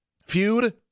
Feud